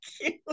cute